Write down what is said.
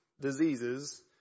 diseases